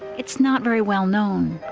it's not very well known,